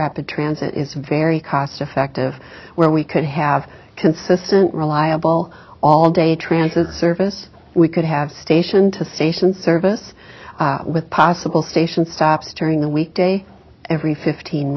rapid transit is very cost effective where we could have consistent reliable all day transit service we could have station to station service with possible station stops during the weekday every fifteen